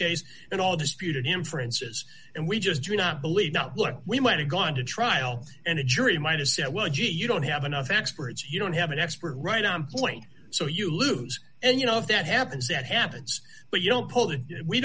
case and all disputed inferences and we just do not believe not what we might have gone to trial and a jury might have said well gee you don't have enough experts you don't have an expert right on point so you lose and you know if that happens that happens but you don't hold it we